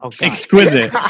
Exquisite